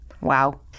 Wow